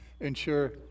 ensure